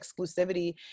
exclusivity